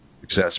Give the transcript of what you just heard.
Success